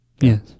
Yes